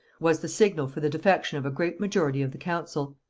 was the signal for the defection of a great majority of the council.